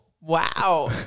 Wow